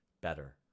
better